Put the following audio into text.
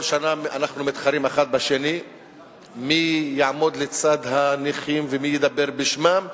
כל שנה אנחנו מתחרים האחד בשני מי יעמוד לצד הנכים ומי ידבר בשמם,